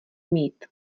mít